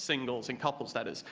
singles and couples that is,